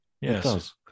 Yes